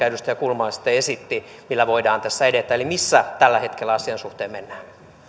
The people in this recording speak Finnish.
edustaja kulmala esitti se millä voidaan edetä eli missä tällä hetkellä asian suhteen mennään